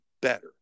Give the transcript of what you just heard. better